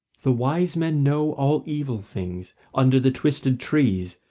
the wise men know all evil things under the twisted trees,